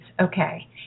Okay